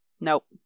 Nope